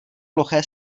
ploché